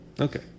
Okay